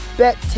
bet